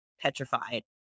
petrified